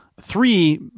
three